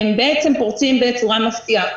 הם בעצם פורצים בצורה מפתיעה,